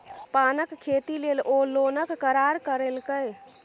पानक खेती लेल ओ लोनक करार करेलकै